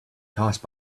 passed